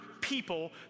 people